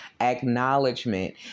Acknowledgement